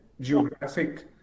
Geographic